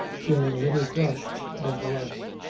feeling a little crushed, nevertheless.